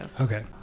Okay